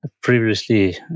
Previously